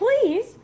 please